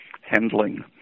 handling